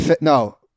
no